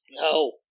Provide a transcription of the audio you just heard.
No